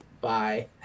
Bye